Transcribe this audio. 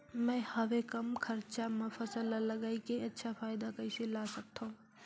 मैं हवे कम खरचा मा फसल ला लगई के अच्छा फायदा कइसे ला सकथव?